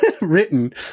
Written